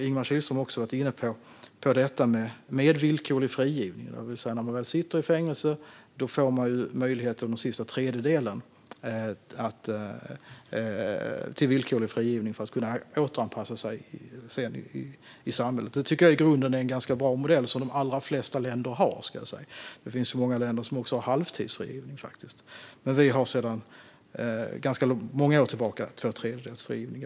Ingemar Kihlström var också inne på detta med villkorlig frigivning, det vill säga att när man väl sitter i fängelse får man möjlighet till villkorlig frigivning under den sista tredjedelen av tiden för att kunna återanpassa sig i samhället. Det tycker jag i grunden är en ganska bra modell, som de allra flesta länder har. Det finns många länder som har halvtidsfrigivning, men vi har sedan ganska många år tillbaka tvåtredjedelsfrigivning.